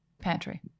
Pantry